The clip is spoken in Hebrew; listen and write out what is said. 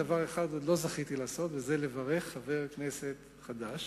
ודבר אחד עוד לא זכיתי לעשות וזה לברך חבר כנסת חדש